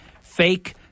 fake